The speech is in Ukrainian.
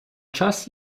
час